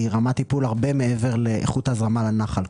היא רמת טיפול הרבה מאיכות ההזרמה לנחל.